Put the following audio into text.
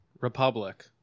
republic